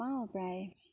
পাও প্ৰায়